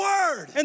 Word